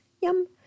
yum